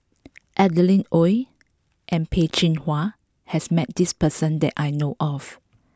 Adeline Ooi and Peh Chin Hua has met this person that I know of